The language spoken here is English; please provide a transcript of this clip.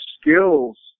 skills